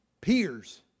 peers